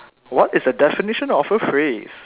what is a definition of a phrase